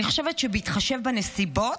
אני חושבת שבהתחשב בנסיבות,